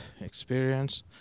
experience